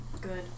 Good